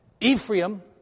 Ephraim